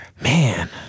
Man